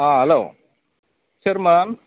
अ hello सोरमोन